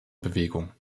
bewegung